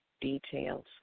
details